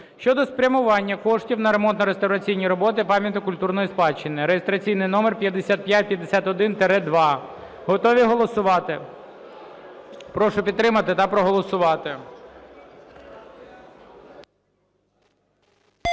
щодо спрямування коштів на ремонтно-реставраційні роботи пам'яток культурної спадщини (реєстраційний номер 5551-2). Готові голосувати? Прошу підтримати та проголосувати.